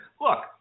look